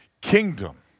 kingdom